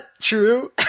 true